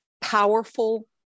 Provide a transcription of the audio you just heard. powerful